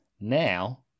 Now